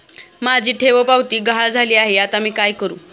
माझी ठेवपावती गहाळ झाली आहे, आता मी काय करु?